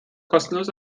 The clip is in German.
kostenlos